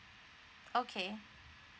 okay